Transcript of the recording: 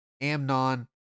Amnon